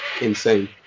insane